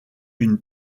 une